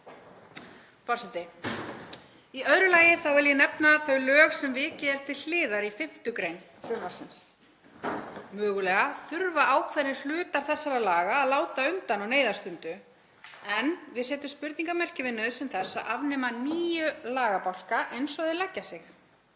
Í öðru lagi vil ég nefna þau lög sem vikið er til hliðar í 5. gr. frumvarpsins. Mögulega þurfa ákveðnir hlutar þessara laga að láta undan á neyðarstundu en við setjum spurningarmerki við nauðsyn þess að afnema níu lagabálka eins og þeir leggja sig.